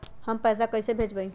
हम पैसा कईसे भेजबई?